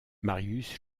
marius